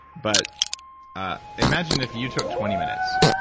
but ah imagine if you took twenty minutes,